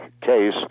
case